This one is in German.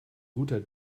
guter